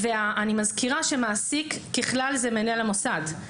אני מזכירה שמעסיק ככלל הוא מנהל המוסד.